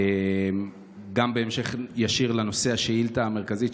גם בהמשך לשאילתה המרכזית,